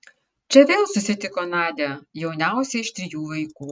čia vėl susitiko nadią jauniausią iš trijų vaikų